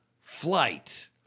Flight